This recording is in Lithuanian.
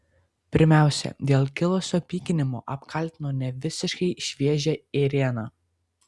pirmiausia dėl kilusio pykinimo apkaltino nevisiškai šviežią ėrieną